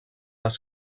les